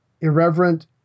irreverent